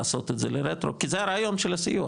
לעשות את זה רטרו, כי זה הרעיון של הסיוע,